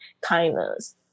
kindness